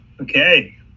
Okay